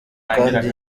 kandi